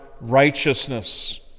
righteousness